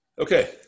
Okay